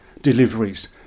deliveries